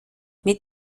mit